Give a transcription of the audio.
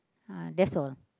uh that's all